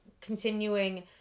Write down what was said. continuing